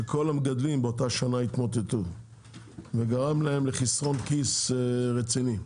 המגדלים באותה שנה התמוטטו וזה גרם להם לחסרון כיס רציני.